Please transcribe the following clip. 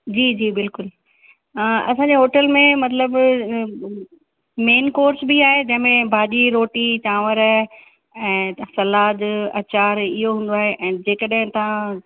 जी जी बिल्कुलु असांजे होटल में मतिलब मेन कोर्स बि आहे जंहिंमें भाॼी रोटी चांवर ऐं सलादु अचारु इहो हुंदो आहे ऐं जेकॾहिं तव्हां